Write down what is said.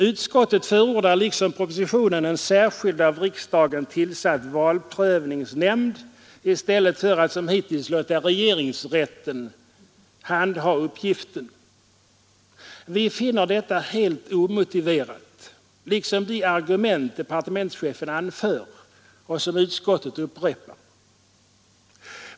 Utskottet förordar liksom propositionen en särskild av riksdagen tillsatt valprövningsnämnd i stället för att som hittills låta regeringsrätten handha uppgiften. Vi finner detta helt omotiverat liksom de argument departementschefen anför och som utskottet upprepar.